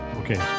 okay